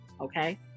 okay